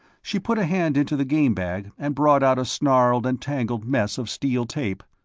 she put a hand into the game bag and brought out a snarled and tangled mess of steel tape.